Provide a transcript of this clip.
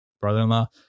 brother-in-law